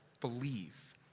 believe